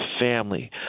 family